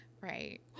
Right